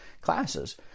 classes